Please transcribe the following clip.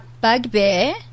bugbear